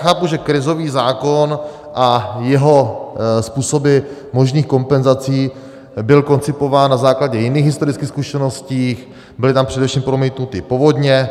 Chápu, že krizový zákon a jeho způsoby možných kompenzací byl koncipován na základě jiných historických zkušeností, byly tam především promítnuty povodně.